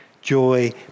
joy